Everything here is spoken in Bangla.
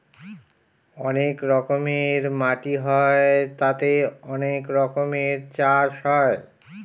অনেক রকমের মাটি হয় তাতে অনেক রকমের চাষ হয়